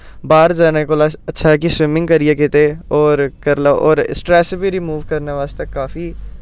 बाह्र जाने कोला अच्छा ऐ कि स्विमिंग करियै कुतै होर करी लैओ होर स्ट्रैस्स बी रिमूब करनै बास्तै काफी